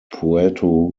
puerto